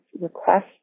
request